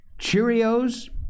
Cheerios